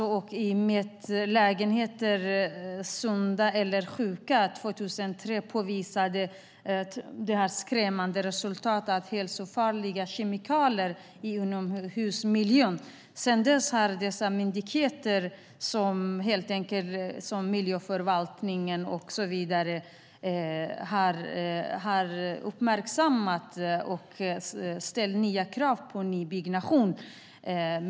I rapporten Mätlägenheter - sunda eller sjuka hus, 2003 påvisades skrämmande resultat med hälsofarliga kemikalier i inomhusmiljön. Sedan dess har dessa myndigheter, som miljöförvaltningen, uppmärksammat och ställt nya krav på nybyggnation.